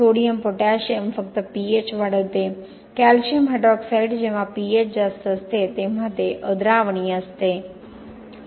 sodium potassium फक्त pH वाढवते calcium hydroxide जेव्हा pH जास्त असते तेव्हा ते अद्रावणीय असते